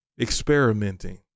experimenting